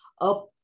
up